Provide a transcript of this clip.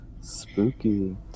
spooky